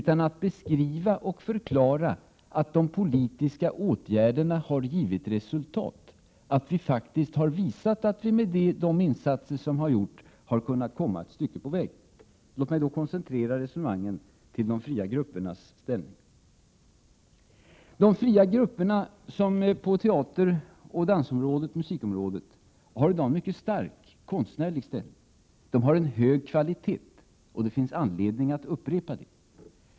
Jag vill beskriva och förklara att de politiska åtgärderna har givit resultat, att vi faktiskt har visat att vi med de insatser som gjorts har kunnat komma ett stycke på väg. Låt mig nu koncentrera resonemangen till de fria gruppernas ställning. De fria grupperna på områdena teater, dans och musik har i dag en mycket stark konstnärlig ställning. De har hög kvalitet. Det finns anledning att upprepa det.